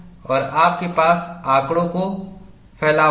और आपके पास आंकड़ों का फैलाव होगा